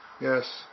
Yes